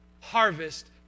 harvest